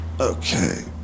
Okay